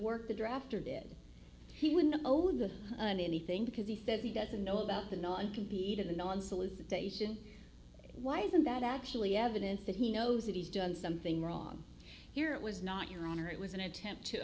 work the draft or did he win over the and anything because he says he doesn't know about the non compete in the non solicitation why isn't that actually evidence that he knows that he's done something wrong here it was not your honor it was an attempt to